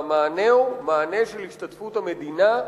והמענה הוא מענה של השתתפות המדינה,